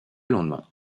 lendemain